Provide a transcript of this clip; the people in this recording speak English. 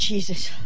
Jesus